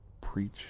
preach